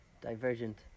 Divergent